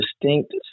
distinct